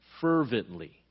Fervently